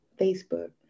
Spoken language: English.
Facebook